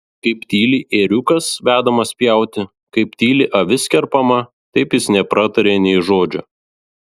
kaip tyli ėriukas vedamas pjauti kaip tyli avis kerpama taip jis nepratarė nė žodžio